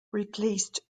replaced